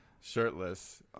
shirtless